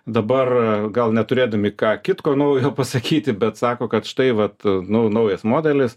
dabar gal neturėdami ką kitko naujo pasakyti bet sako kad štai vat nu naujas modelis